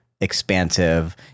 expansive